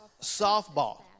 softball